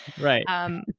Right